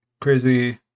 crazy